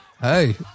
Hey